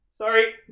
Sorry